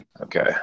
Okay